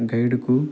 గైడుకు